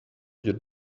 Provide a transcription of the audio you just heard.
your